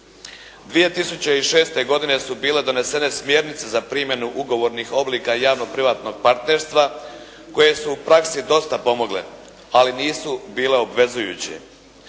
2006. godine su bile donesene smjernice za primjenu ugovornih oblika javno-privatnog partnerstva koje su u praksi dosta pomogle, ali nisu bile obvezujuće.